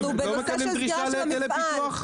אנחנו בנושא של סגירת המפעל.